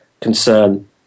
concern